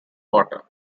water